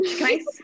nice